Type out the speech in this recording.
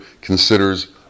considers